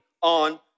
on